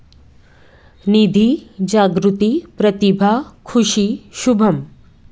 Nidhi Jagriti Pratibha Khushi Shubham